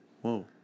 Whoa